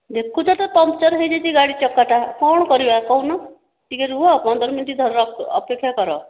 ଦେଖୁଛ ତ ପଙ୍କ୍ଚର ହୋଇଯାଇଛି ଗାଡ଼ି ଚକାଟା କଣ କରିବା କହୁନ ଟିକିଏ ରୁହ ପନ୍ଦର ମିନିଟ୍ ଅପେକ୍ଷା କର